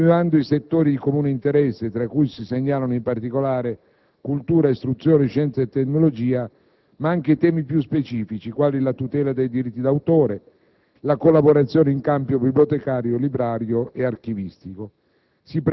individuando i settori di comune interesse; tra questi si segnalano, in particolare, cultura, istruzione, scienza e tecnologia, ma anche temi piu specifici, quali la tutela dei diritti d’autore e la cooperazione in campo bibliotecario, librario e archivistico.